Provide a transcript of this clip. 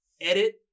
Edit